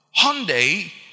Hyundai